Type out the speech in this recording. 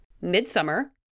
Midsummer